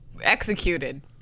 Executed